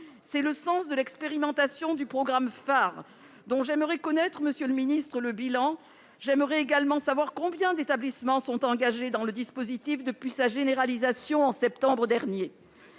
contre le harcèlement à l'école, dont j'aimerais connaître, monsieur le ministre, le bilan. J'aimerais également savoir combien d'établissements sont engagés dans le dispositif depuis sa généralisation en septembre dernier.